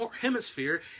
hemisphere